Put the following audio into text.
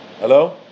Hello